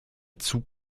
zug